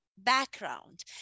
background